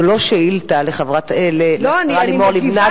זה לא שאילתא לשרה לימור לבנת.